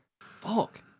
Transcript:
Fuck